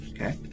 Okay